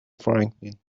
franklin